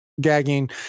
gagging